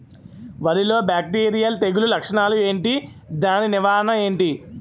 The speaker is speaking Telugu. వరి లో బ్యాక్టీరియల్ తెగులు లక్షణాలు ఏంటి? దాని నివారణ ఏంటి?